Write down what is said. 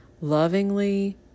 lovingly